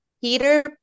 peter